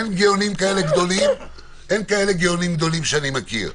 אין גאונים כאלה גדולים שאני מכיר.